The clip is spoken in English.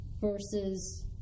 versus